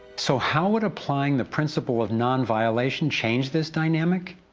so how would applying the principle of non-violation change this dynamic?